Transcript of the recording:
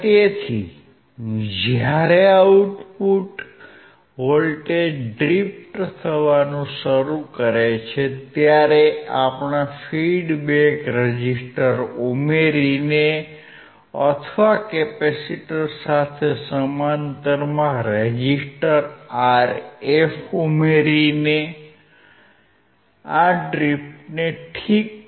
તેથી જ્યારે output voltage drift થવાનું શરૂ કરે છે ત્યારે આપણ ફીડબેક રેઝિસ્ટર ઉમેરીને અથવા કેપેસિટર સાથે સમાંતરમાં રેઝિસ્ટર Rf ઉમેરીને આ ડ્રિફ્ટને ઠીક કરી શકીએ છીએ